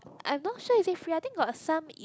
I'm not sure is it free I think got some is